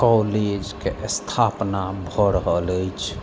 कॉलेजके स्थापना भऽ रहल अछि